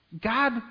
God